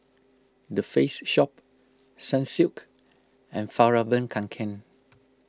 the Face Shop Sunsilk and Fjallraven Kanken